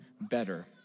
better